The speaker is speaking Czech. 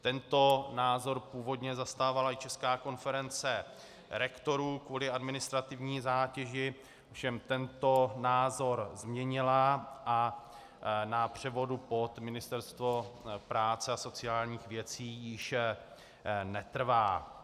Tento názor původně zastávala i Česká konference rektorů kvůli administrativní zátěži, ovšem tento názor změnila a na převodu pod Ministerstvo práce a sociálních věcí již netrvá.